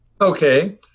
Okay